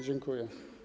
Dziękuję.